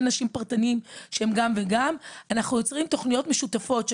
אנשים פרטניים שהם גם וגם ליצור תכניות משותפות,